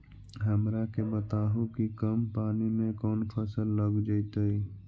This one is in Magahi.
हमरा के बताहु कि कम पानी में कौन फसल लग जैतइ?